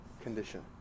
condition